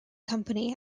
company